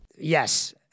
Yes